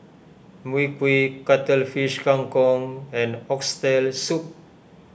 Mui Kee Cuttlefish Kang Kong and Oxtail Soup